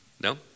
No